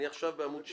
אני עכשיו בעמוד 6,